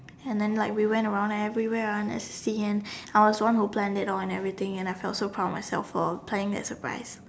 and then like we went around everywhere at S_S_D and I was the one who planned it all and everything and I felt so proud of myself for planning that surprise